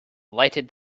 lighted